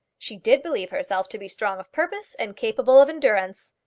she did believe herself to be strong of purpose and capable of endurance.